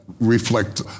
reflect